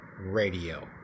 radio